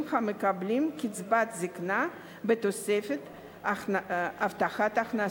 המקבלים קצבת זיקנה בתוספת הבטחת הכנסה.